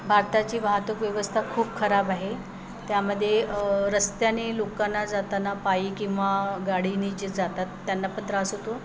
भारताची वाहतूक व्यवस्था खूप खराब आहे त्यामध्ये रस्त्याने लोकांना जाताना पायी किंवा गाडीने जे जातात त्यांना पण त्रास होतो